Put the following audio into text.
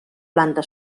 planta